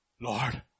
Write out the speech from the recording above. Lord